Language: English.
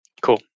Cool